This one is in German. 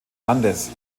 landes